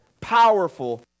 powerful